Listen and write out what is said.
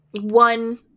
one